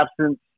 absence